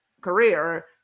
career